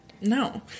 No